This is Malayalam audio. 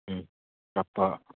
ഉം കപ്പ